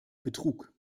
betrug